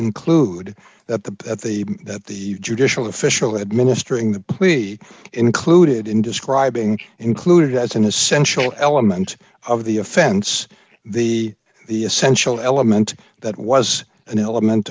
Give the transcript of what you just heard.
include that the at the that the judicial official administering that we included in describing included as an essential element of the offense the the essential element that was an element